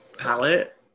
palette